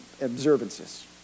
observances